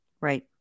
right